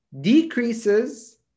decreases